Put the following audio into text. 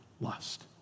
lust